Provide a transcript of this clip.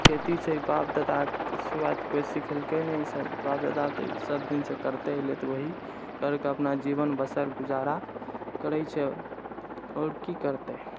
खेती छै बाप दादाक सिवाय तऽ कोई सिखेलकै नहि ई सभ बाप दादा तऽ सब दिनसँ ई करिते ऐलै तऽ वहि करिके अपन जीवन बसर गुजारा करै छै आओर कि करतै